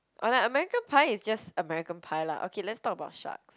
or like American-Pie is just American-Pie lah okay let's talk about sharks